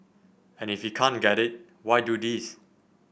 and if he can't get it why do this